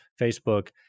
Facebook